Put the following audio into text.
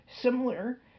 Similar